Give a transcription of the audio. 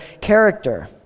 character